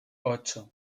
ocho